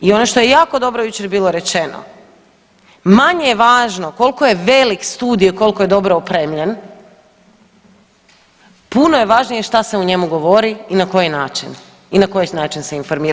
I ono što je jako dobro jučer bilo rečeno, manje je važno koliko je velik studio, koliko je dobro opremljen, puno je važnije šta se u njemu govori i na koji način i na koji način se informira.